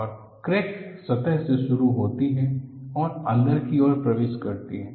और क्रैक सतह से शुरू होती है और अंदर की ओर प्रवेश करती है